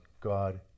God